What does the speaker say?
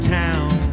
town